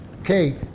Okay